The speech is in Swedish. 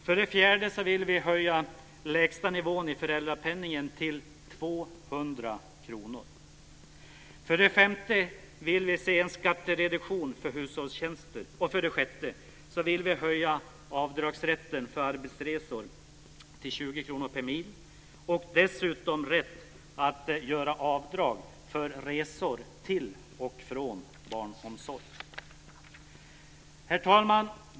För det fjärde vill vi höja lägsta nivån i föräldrapenningen till 200 kr. För det femte vill vi ha en skattereduktion för hushållstjänster. För det sjätte vill vi höja avdragsrätten för arbetsresor till 20 kr per mil och dessutom rätt att göra avdrag för resor till och från barnomsorg. Herr talman!